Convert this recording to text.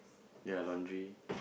their laundry